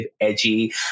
edgy